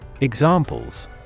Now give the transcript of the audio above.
Examples